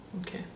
Okay